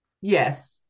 Yes